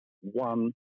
one